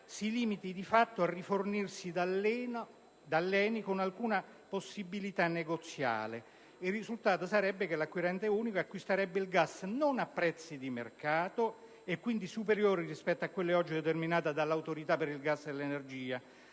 si limiti, di fatto, a rifornirsi dall'ENI con nessuna possibilità negoziale. Il risultato sarebbe che l'acquirente unico acquisterebbe il gas non a prezzi di mercato, quindi superiori a quelli oggi determinati dall'Autorità per il gas e per l'energia.